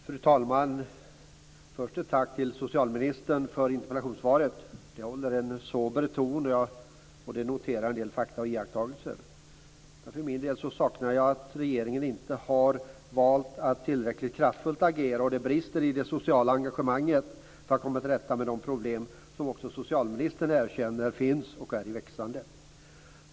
Fru talman! Först ett tack till socialministern för interpellationssvaret. Det håller en sober ton, och i det noteras en del fakta och iakttagelser. Jag för min del saknar att regeringen inte har valt att agera tillräckligt kraftfullt. Och det brister i det sociala engagemanget för att man skall komma till rätta med de problem som också socialministern erkänner finns och är i växande.